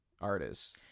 artists